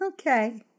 Okay